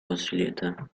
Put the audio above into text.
oscillator